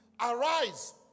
Arise